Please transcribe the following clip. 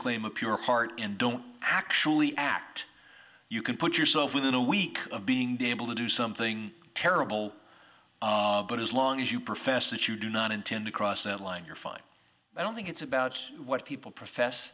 claim a pure heart and don't actually act you can put yourself within a week of being be able to do something terrible but as long as you profess that you do not intend to cross that line you're fine i don't think it's about what people profess